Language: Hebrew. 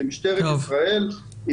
כמשטרת ישראל,